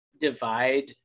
divide